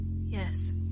Yes